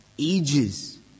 Ages